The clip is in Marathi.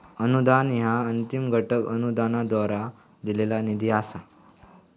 अनुदान ह्या अंतिम घटक अनुदानाद्वारा दिलेला निधी असा